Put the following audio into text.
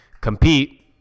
compete